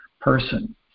person